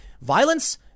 Violence